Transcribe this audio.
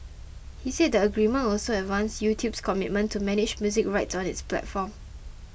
he said the agreement also advanced YouTube's commitment to manage music rights on its platform